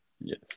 Yes